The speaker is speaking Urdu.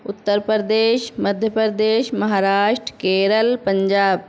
اتّر پردیش مدھیہ پردیش مہاراشٹر کیرل پنجاب